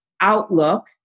outlook